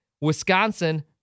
Wisconsin